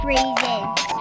Reasons